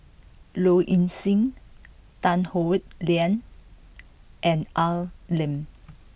Low Ing Sing Tan Howe Liang and Al Lim